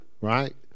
right